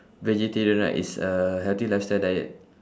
vegetarian right it's a healthy lifestyle diet